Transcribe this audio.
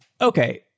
Okay